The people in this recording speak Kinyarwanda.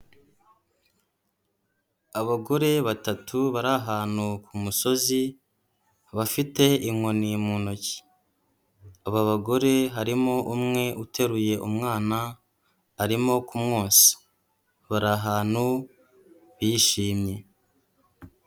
Abagore batatu bari ahantu ku musozi, babafite inkoni mu ntoki. Aba bagore harimo umwe uteruye umwana arimo kumwosa, bari ahantu bishimye.